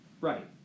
right